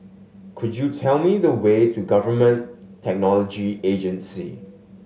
could you tell me the way to Government Technology Agency